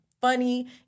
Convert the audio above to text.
funny